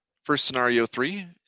for scenario three,